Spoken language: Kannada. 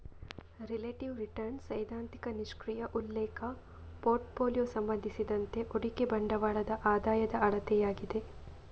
ರಿಲೇಟಿವ್ ರಿಟರ್ನ್ ಸೈದ್ಧಾಂತಿಕ ನಿಷ್ಕ್ರಿಯ ಉಲ್ಲೇಖ ಪೋರ್ಟ್ ಫೋಲಿಯೊ ಸಂಬಂಧಿಸಿದಂತೆ ಹೂಡಿಕೆ ಬಂಡವಾಳದ ಆದಾಯದ ಅಳತೆಯಾಗಿದೆ